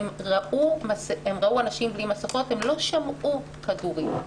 הם ראו אנשים בלי מסיכות, הם לא שמעו כדורים.